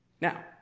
Now